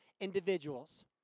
individuals